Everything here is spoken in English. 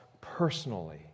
personally